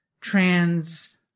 trans